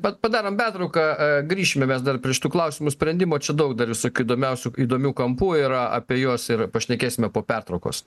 pa padarom pertrauką a grįšime mes dar prie šitų klausimų sprendimo čia daug dar visokių įdomiausių įdomių kampų yra apie juos ir pašnekėsime po pertraukos